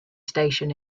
station